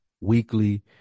weekly